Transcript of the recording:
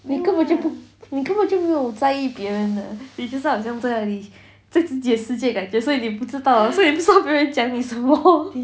你根本就你根本就没有在意别人的你就在好像在你自己的世界感觉所以你不知道所以不知道别人讲你什么